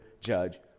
judge